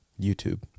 YouTube